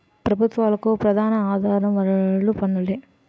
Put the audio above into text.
ప్రభుత్వాలకు ప్రధాన ఆధార వనరులు పన్నులే